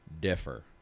differ